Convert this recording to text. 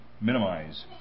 minimize